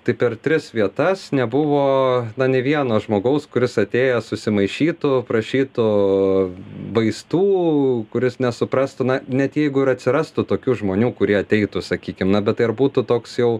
tai per tris vietas nebuvo nei vieno žmogaus kuris atėjęs susimaišytų prašytų vaistų kuris nesuprastų na net jeigu ir atsirastų tokių žmonių kurie ateitų sakykim na bet tai ar būtų toks jau